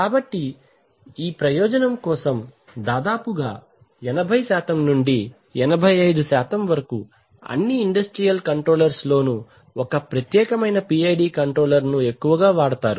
కాబట్టి ఈ ప్రయోజనము కోసం దాదాపుగా 80 85 అన్నీ ఇండస్ట్రియల్ కంట్రోలర్స్ లోనూ ఒక ప్రత్యేకమైన PID కంట్రోలర్ ఎక్కువగా వాడతారు